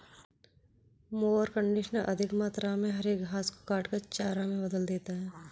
mower conditioner अधिक मात्रा में हरे घास को काटकर चारा में बदल देता है